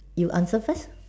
you answer first